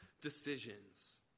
decisions